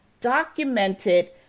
documented